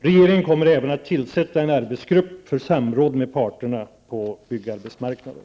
Regeringen kommer även att tillsätta en arbetsgrupp för samråd med parterna på byggarbetsmarknaden.